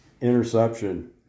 interception